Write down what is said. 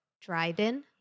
Dryden